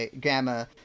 Gamma